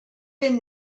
been